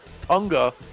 Tunga